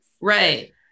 right